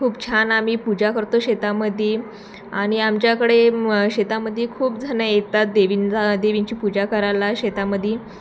खूप छान आम्ही पूजा करतो शेतामध्ये आणि आमच्याकडे शेतामध्ये खूप जणं येतात देवीन देवींची पूजा करायला शेतामध्ये